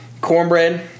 cornbread